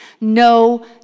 No